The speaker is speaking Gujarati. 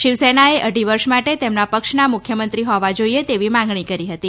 શિવસેનાએ અઢી વર્ષ માટે તેમના પક્ષના મુખ્યમંત્રી હોવા જોઈએ તેવી માંગણી કરી હતી